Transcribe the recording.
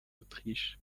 autriche